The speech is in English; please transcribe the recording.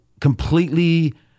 completely